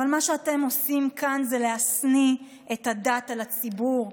אבל מה שאתם עושים כאן זה להשניא את הדת על הציבור,